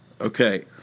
Okay